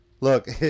Look